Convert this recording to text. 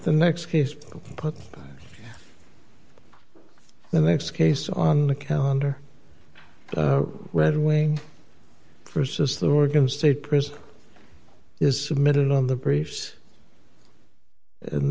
the next case put the next case on the calendar red wing versus the oregon state prison is submitted on the briefs and